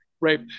right